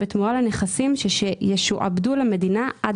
בתמורה לנכסים שישועבדו למדינה עד